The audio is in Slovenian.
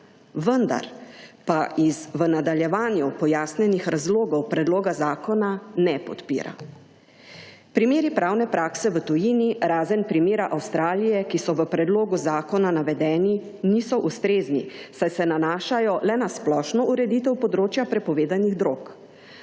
vendar pa iz v nadaljevanju pojasnjenih razlogov predloga zakona ne podpira. Primeri pravne prakse v tujini, razen primera Avstralije, ki so v predlogu zakona navedeni, niso ustrezni, saj se nanašajo le na splošno ureditev področja prepovedanih drog.